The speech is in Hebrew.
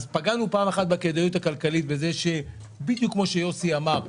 אז פגענו פעם אחת בכדאיות הכלכלית בזה שבדיוק כמו שיוסי אמר,